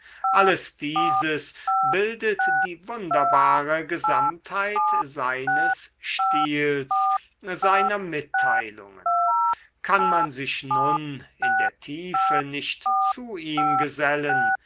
alles dieses bildet die wunderbare gesamtheit seines stils seiner mitteilungen kann man sich nun in der tiefe nicht zu ihm gesellen